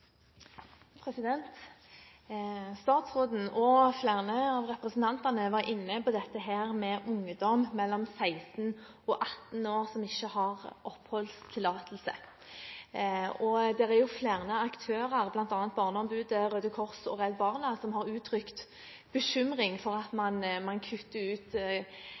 korsvei. Statsråden og flere av representantene var inne på dette med ungdom mellom 16 og 18 år som ikke har oppholdstillatelse. Flere aktører, bl.a. Barneombudet, Røde Kors og Redd Barna, har uttrykt bekymring for at man kutter ut